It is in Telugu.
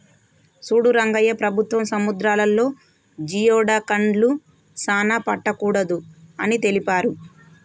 సూడు రంగయ్య ప్రభుత్వం సముద్రాలలో జియోడక్లను సానా పట్టకూడదు అని తెలిపారు